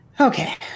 Okay